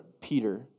Peter